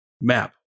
map